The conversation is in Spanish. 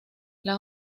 las